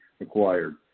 acquired